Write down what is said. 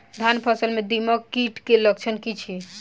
धानक फसल मे दीमक कीट केँ लक्षण की अछि?